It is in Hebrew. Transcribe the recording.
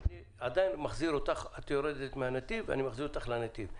את יורדת מהנתיב ואני מחזיר אותך אליו.